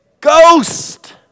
ghost